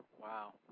Wow